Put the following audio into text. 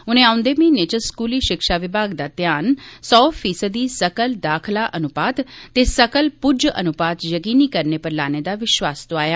उनें औंदे म्हीनें च स्कूली शिक्षा विभाग दा ध्यान सौ फीसदी सकल दाखला अनुपात ते सकल पुज्ज अन्पात यकीनी करने पर लाने दा विश्वास दोआया